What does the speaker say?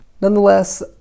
nonetheless